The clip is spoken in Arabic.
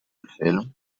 الفيلم